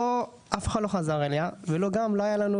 אף אחד לא חזר אליה וגם לא היה לנו,